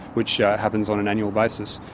which happens on an annual basis.